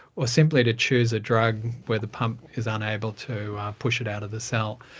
or simply to choose a drug where the pump is unable to push it out of the cell.